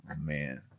Man